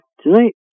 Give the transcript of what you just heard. Tonight